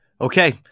Okay